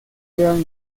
llegan